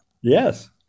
Yes